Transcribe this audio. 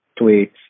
tweets